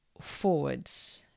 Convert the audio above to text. forwards